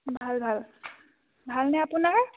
ভাল ভাল ভালনে আপোনাৰ